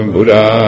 Buddha